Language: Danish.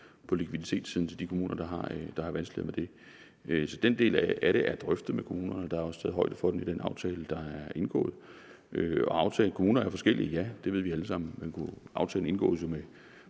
på likviditetssiden til de kommuner, der har vanskeligheder med det. Så den del af det er drøftet med kommunerne. Der er også taget højde for det i den aftale, der er indgået. At aftalerne med kommunerne er forskellige, ved vi alle sammen. Men aftalen indgås jo med